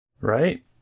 Right